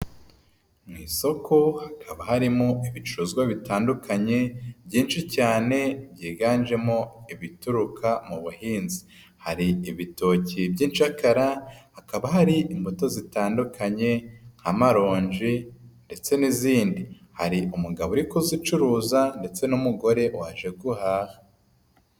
Mu isoko hakaba harimo ibicuruzwa bitandukanye byinshi cyane byiganjemo ibituruka mu buhinzi. Hari ibitoki by'inshakara, hakaba hari imbuto zitandukanye nk'amarongi ndetse n'izindi. Hari umugabo uri kuzicuruza ndetse n'umugore waje guhaha.